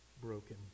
broken